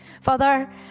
Father